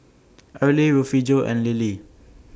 Erle Refugio and Lilie